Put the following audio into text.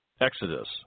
Exodus